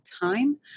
time